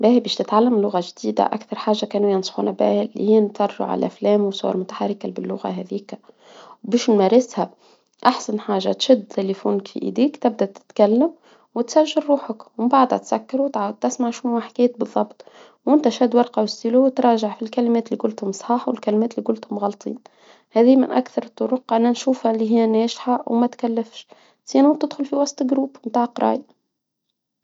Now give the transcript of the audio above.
باهي، باش تتعلم لغة جديدة أكثر حاجة كانوا ينصحونا بيها هي نتفرجوا على الأفلام والصور المتحركة إللي باللغة هاذيكا. باش نمارسها، أحسن حاجة، تشد تلفونك في إيديك تبدأ تتكلم وتسجل روحك ومن بعدها تسكره وتعاود تسمع شنوا حكيت بالضبط، وإنت شاد ورقة وقلم وتراجع الكلمات إللي قلتهم صحاح وإللي قلتهم غالطين، هاذيه من أكثر الطرق أنا نشوفها إللي هي ناجحة وما تكلفش، وإلا تدخل في وسط مجموعة متاع قراية.